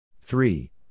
Three